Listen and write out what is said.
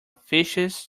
fishes